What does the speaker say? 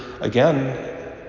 again